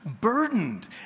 Burdened